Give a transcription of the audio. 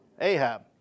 Ahab